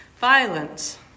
Violence